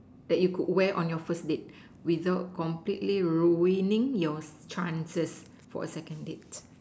that you could wear on your first date without completely ruining your chances for a second date